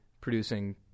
producing